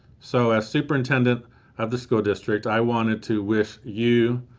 so, as superintendent of the school district, i wanted to wish you,